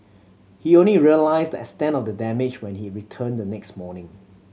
he only realised the extent of the damage when he returned the next morning